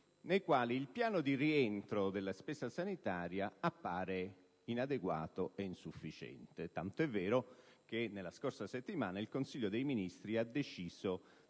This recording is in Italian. nelle quali il piano di rientro della spesa sanitaria appare inadeguato e insufficiente, tanto è vero che la scorsa settimana il Consiglio dei ministri ha deciso